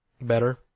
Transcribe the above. better